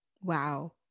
Wow